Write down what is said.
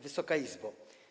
Wysoka Izbo!